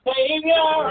Savior